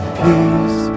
peace